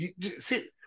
See